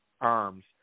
arms